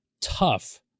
tough